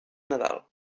nadal